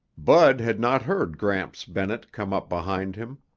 bud had not heard gramps bennett come up behind him.